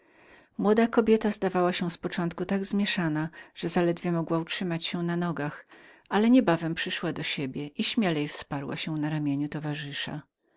młoda kobieta zdawała się z początku tak zmieszaną że zaledwie mogła utrzymać się na nogach ale niebawem przyszła do siebie i śmielej wsparła się na ramieniu towarzysza